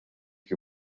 que